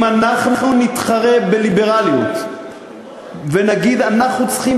אם אנחנו נתחרה בליברליות ונגיד: אנחנו צריכים